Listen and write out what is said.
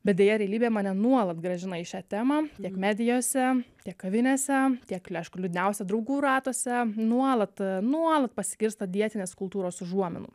bet deja realybė mane nuolat grąžina į šią temą tiek medijose tiek kavinėse tiek aišku liūdniausia draugų ratuose nuolat nuolat pasigirsta dietinės kultūros užuominų